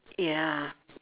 ya